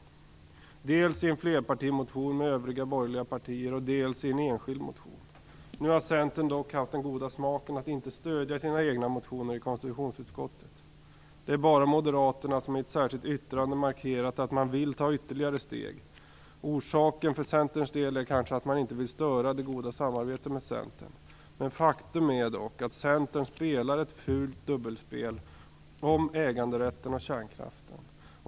Det har man gjort dels i en flerpartimotion tillsammans med övriga borgerliga partier, dels i en enskild motion. Nu har Centern dock haft den goda smaken att inte stödja sina egna motioner i konstitutionsutskottet. Det är bara Moderaterna som i ett särskilt yttrande markerat att man vill ta ytterligare steg. Orsaken är kanske att man inte vill störa det goda samarbetet med Centern. Men faktum är att Centern spelar ett fult dubbelspel om äganderätten och kärnkraften.